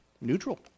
neutral